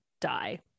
die